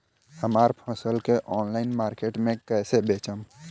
हमार फसल के ऑनलाइन मार्केट मे कैसे बेचम?